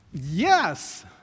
Yes